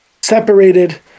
separated